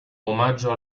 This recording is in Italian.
omaggio